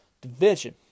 division